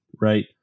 right